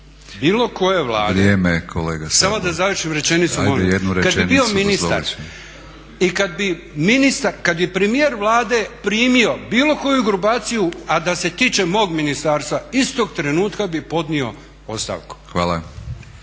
Željko (SDP)** Kad bi bio ministar i kad bi premijer Vlade primio bilo koju grupaciju a da se tiče mog ministarstva, istog trenutka bih podnio ostavku.